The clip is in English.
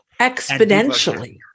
Exponentially